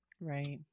Right